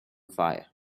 fire